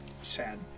Sad